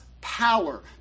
power